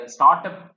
Startup